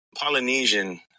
Polynesian